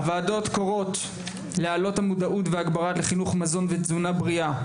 הוועדות קוראות להעלות את המודעות והגברה לחינוך מזון ותזונה בריאה.